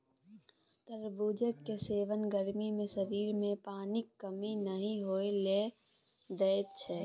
तरबुजा केर सेबन गर्मी मे शरीर मे पानिक कमी नहि होइ लेल दैत छै